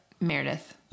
Meredith